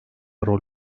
rol